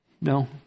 No